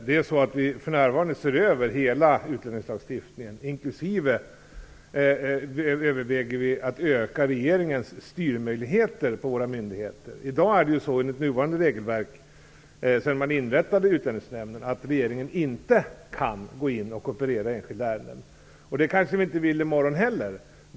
Herr talman! Vi ser för närvarande över hela utlänningslagstiftningen. Vi överväger att öka regeringens styrmöjligheter när det gäller våra myndigheter. Enligt nuvarande regelverk kan regeringen inte i dag, sedan man inrättade Utlänningsnämnden, gå in och agera i enskilda ärenden. Det kanske vi inte heller vill i morgon.